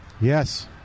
Yes